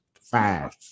five